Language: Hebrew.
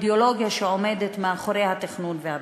האידיאולוגיה שעומדת מאחורי התכנון והבנייה.